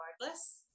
regardless